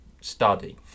study